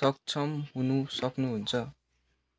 सक्षम हुनु सक्नुहुन्छ